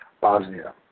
Bosnia